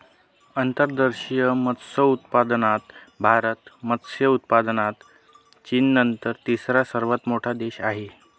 अंतर्देशीय मत्स्योत्पादनात भारत मत्स्य उत्पादनात चीननंतर तिसरा सर्वात मोठा देश आहे